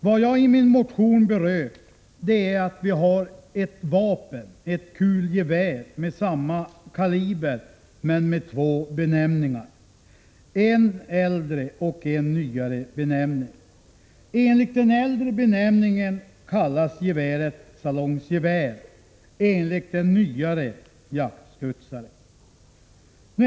Vad jag berört i min motion är att det finns ett vapen, ett kulgevär, med samma kaliber men med två benämningar, en äldre och en nyare benämning. Enligt den äldre benämningen kallas geväret salongsgevär, enligt den nyare jaktstudsare.